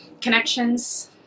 connections